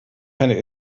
keine